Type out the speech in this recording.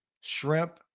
Shrimp